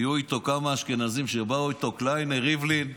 היו איתו כמה אשכנזים שבאו איתו, קליינר, ריבלין,